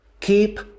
Keep